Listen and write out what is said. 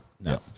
No